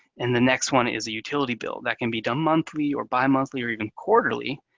and the next one is a utility bill. that can be done monthly or bi-monthly or even quarterly,